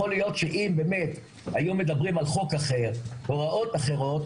יכול להיות שאם באמת היו מדברים על חוק אחר והוראות אחרות,